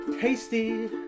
Tasty